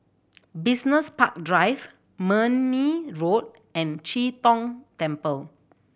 Business Park Drive Marne Road and Chee Tong Temple